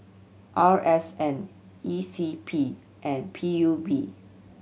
R S N E C P and P U B